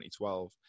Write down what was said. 2012